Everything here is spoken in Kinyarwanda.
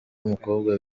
umukobwa